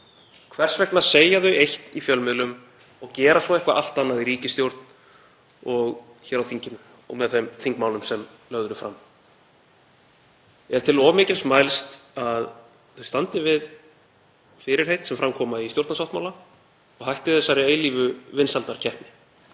Hvers vegna segja þau eitt í fjölmiðlum og gera svo eitthvað allt annað í ríkisstjórn og hér á þinginu og með þeim þingmálum sem lögð eru fram? Er til of mikils mælst að þau standi við fyrirheit sem fram koma í stjórnarsáttmála og hætti þessari eilífu vinsældakeppni?